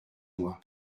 moi